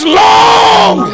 long